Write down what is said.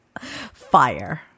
Fire